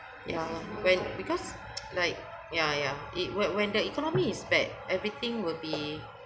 ya when because like ya ya it when when the economy is bad everything will be